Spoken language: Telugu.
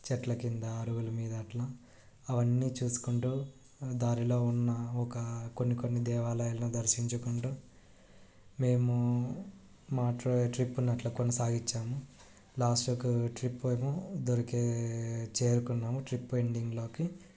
చెట్ల కింద అరుగుల మీద అట్లా అవన్నీ చూసుకుంటూ దారిలో ఉన్న ఒక కొన్ని కొన్ని దేవాలయాలను దర్శించుకుంటూ మేము మాట్లాడే ట్రిప్ను అలా కొనసాగించాము లాస్టుకు ట్రిప్ ఏమో దొరికే చేరుకున్నాము ట్రిప్ ఎండింగ్లోకి